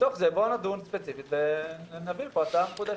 בתוך זה בואו נדון ספציפית ונביא לפה הצעה מחודשת.